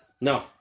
No